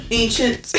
ancient